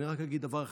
אני רק אגיד דבר אחד,